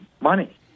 money